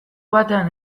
batean